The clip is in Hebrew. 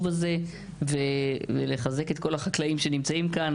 הזה ולחזק את כל החקלאים שנמצאים כאן,